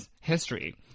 history